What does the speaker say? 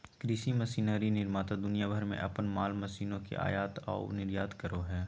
कृषि मशीनरी निर्माता दुनिया भर में अपन माल मशीनों के आयात आऊ निर्यात करो हइ